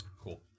Cool